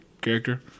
character